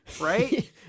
right